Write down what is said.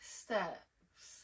steps